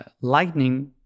lightning